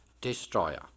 destroyer